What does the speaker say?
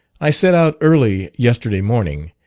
i set out early yesterday morning,